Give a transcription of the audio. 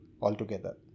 altogether